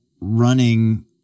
running